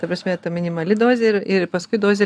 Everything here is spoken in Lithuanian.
ta prasme ta minimali dozė ir ir paskui dozė